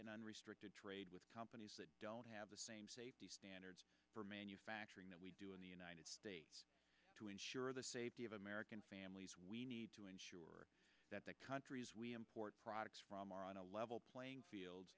and unrestricted trade with companies that don't have same safety standards for manufacturing that we do in the united states to ensure the safety of american families we need to ensure that the countries we import products from are on a level playing field